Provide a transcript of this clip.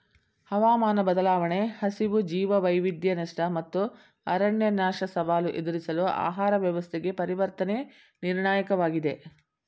ಹವಾಮಾನ ಬದಲಾವಣೆ ಹಸಿವು ಜೀವವೈವಿಧ್ಯ ನಷ್ಟ ಮತ್ತು ಅರಣ್ಯನಾಶ ಸವಾಲು ಎದುರಿಸಲು ಆಹಾರ ವ್ಯವಸ್ಥೆಗೆ ಪರಿವರ್ತನೆ ನಿರ್ಣಾಯಕವಾಗಿದೆ